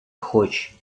хоч